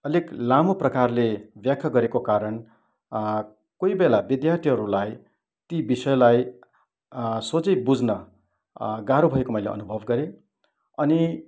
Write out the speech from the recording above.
अलिक लामो प्रकारले व्याख्या गरेको कारण कोहीबेला विद्यार्थीहरूलाई ती विषयलाई सोझै बुझ्न गाह्रो भएको मैले अनुभव गरेँ अनि